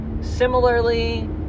similarly